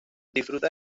disfruta